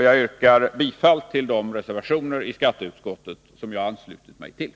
Jag yrkar bifall till de reservationer i skatteutskottets betänkande som jag anslutit mig till.